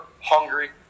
hungry